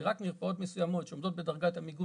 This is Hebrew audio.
שרק מרפאות מסוימות שעומדות בדרגת המיגון